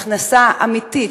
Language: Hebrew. הכנסה אמיתית,